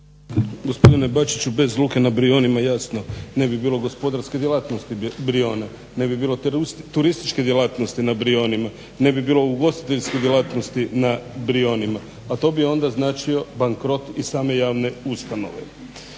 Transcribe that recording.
Gospodine Bačiću, bez luke na Brijunima jasno ne bi bilo gospodarske djelatnosti Brijuna, ne bi bilo turističke djelatnosti na Brijunima, ne bi bilo ugostiteljske djelatnosti na Brijunima, a to bi onda značio bankrot i same javne ustanove.